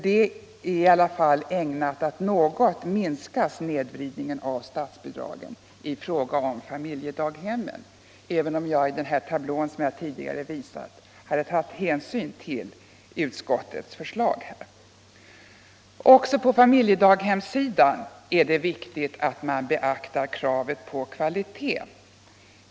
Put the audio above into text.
Det är i alla fall ägnat att något minska snedvridningen av statsbidragen 1 fråga om familjedaghemmen, även om jag i den tablå som jag visade hade tagit hänsyn till detta utskottets förslag. Också på familjedaghemssidan är det viktigt att kvalitetskravet beaktas.